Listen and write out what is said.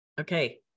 Okay